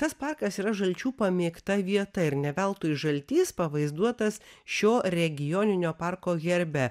tas pakas yra žalčių pamėgta vieta ir ne veltui žaltys pavaizduotas šio regioninio parko herbe